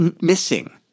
missing